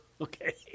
Okay